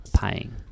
paying